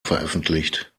veröffentlicht